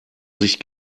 sich